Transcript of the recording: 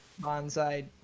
bonsai